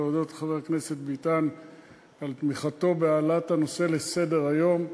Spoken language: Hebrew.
להודות לחבר הכנסת ביטן על תמיכתו בהעלאת הנושא לסדר-היום.